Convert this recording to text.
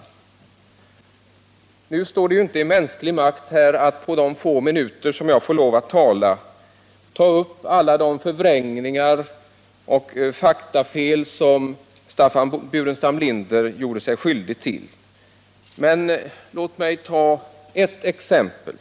Det står inte i mänsklig makt att på de få minuter jag får lov att tala ta upp alla de förvrängningar och faktafel som Staffan Burenstam Linder gjorde sig skyldig till. Men låt mig ta ett exempel.